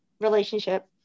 relationship